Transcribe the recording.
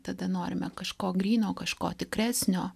tada norime kažko gryno kažko tikresnio